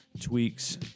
tweaks